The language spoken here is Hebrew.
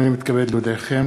הנני מתכבד להודיעכם,